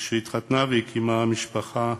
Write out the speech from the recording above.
כשהיא התחתנה והקימה משפחה,